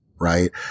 right